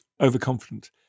overconfident